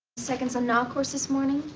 seconds on knackwurst this morning?